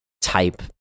type